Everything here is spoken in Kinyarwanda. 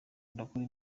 ndakora